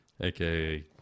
aka